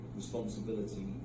responsibility